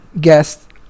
guest